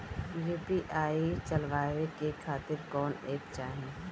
UPI चलवाए के खातिर कौन एप चाहीं?